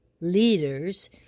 leaders